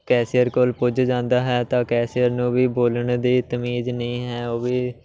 cashier ਕੋਲ ਪੁੱਜ ਜਾਂਦਾ ਹੈ ਤਾਂ ਕੈਸ਼ੀਅਰ ਨੂੰ ਵੀ ਬੋਲਣ ਦੀ ਤਮੀਜ਼ ਨਹੀਂ ਹੈ ਉਹ ਵੀ